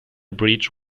bridge